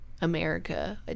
America